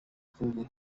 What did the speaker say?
congo